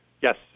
Yes